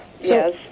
Yes